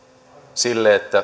sille